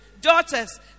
Daughters